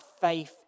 faith